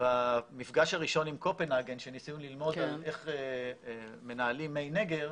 במפגש הראשון עם קופנהגן שניסינו ללמוד איך מנהלים מי נגר.